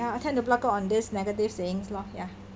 I tend to block on this negative sayings lor ya